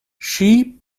she